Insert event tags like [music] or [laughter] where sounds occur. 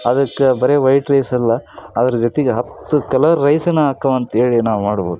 ಅದಕ್ಕೆ ಬರೀ ವೈಟ್ ರೈಸಲ್ಲ ಅದರ ಜೊತಿಗೆ ಹತ್ತು ಕಲರ್ ರೈಸನ್ನ [unintelligible] ಅಂತೇಳಿ ನಾವು ಮಾಡ್ಬೋದು